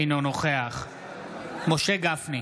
אינו נוכח משה גפני,